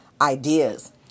ideas